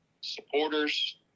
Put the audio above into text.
supporters